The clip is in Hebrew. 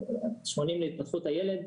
80 להתפתחות הילד,